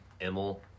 Emil